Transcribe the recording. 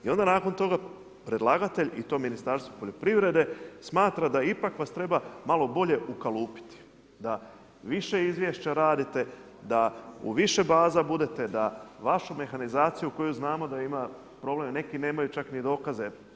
I onda nakon toga predlagatelj i to Ministarstvo poljoprivrede smatra da ipak vas treba malo bolje ukalučiti, da više izvješća radite, da u više baza budete, da vašu mehanizaciju koju znamo da ima problem, neki nemaju čak ni dokaze.